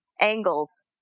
angles